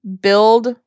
build